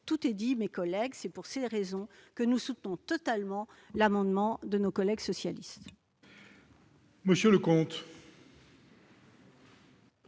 Tout est dit, mes chers collègues. C'est pour cette raison que nous soutenons totalement l'amendement de nos collègues socialistes.